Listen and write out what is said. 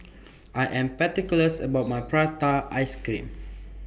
I Am particulars about My Prata Ice Cream